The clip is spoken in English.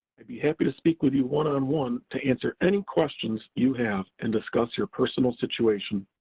i'd be happy to speak with you one on one to answer any questions you have, and discuss your personal situation.